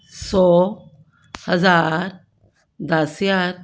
ਸੌ ਹਜ਼ਾਰ ਦਸ ਹਜ਼ਾਰ